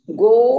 go